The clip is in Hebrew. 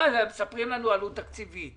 מה מספרים לנו עלות תקציבית?